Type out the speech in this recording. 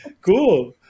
Cool